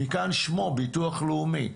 מכאן שמו: ביטוח לאומי.